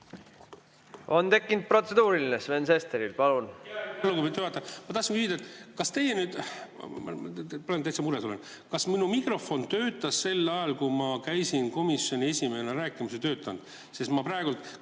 On tekkinud protseduuriline Sven Sesteril. Palun!